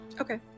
Okay